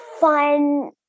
fun